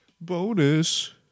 Bonus